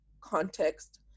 context